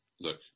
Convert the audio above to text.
look